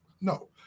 No